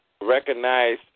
Recognize